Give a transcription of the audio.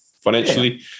financially